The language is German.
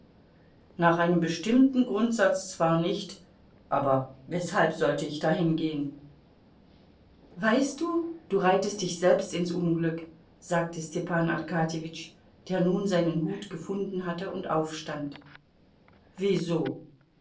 nach einem bestimmten grundsatz zwar nicht aber weshalb sollte ich da hingehen weißt du du reitest dich selbst ins unglück sagte stepan arkadjewitsch der nun seinen hut gefunden hatte und aufstand wieso